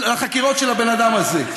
ולחקירות של הבן אדם הזה.